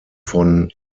von